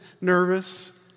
nervous